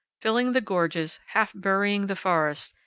filling the gorges, half burying the forests,